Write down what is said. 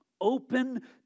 Open